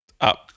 Up